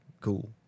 cool